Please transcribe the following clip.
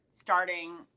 starting